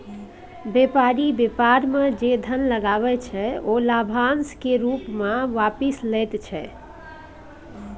बेपारी बेपार मे जे धन लगबै छै ओ लाभाशं केर रुप मे आपिस लए लैत छै